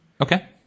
Okay